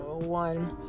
one